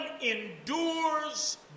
endures